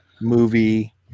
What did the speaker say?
movie